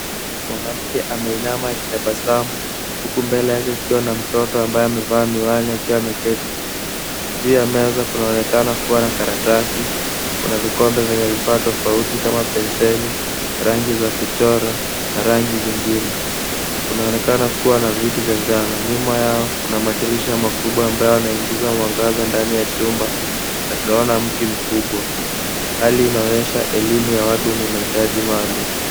Mwanamke ameinama akitabasamu huku mbele yake kukiwa na mtoto ambaye amevaa miwani huku ameketi. Juu ya meza kunaonekana kuwa na karatasi. Kuna vikombe vyenye vifaa tofauti kama penseli, rangi za kuchora, na rangi zingine. Kunaonekana kuwa na viti na nyuma yao kuna madirisha makubwa ambayo yanaingiza mwangaza ndani ya chumba na tunaona miti mkubwa. Hali inaonyesha elimu ya watu wenye mahitaji maalum.